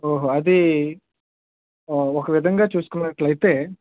ఓహో అది ఆ ఒక విధంగా చూసుకున్నట్లయితే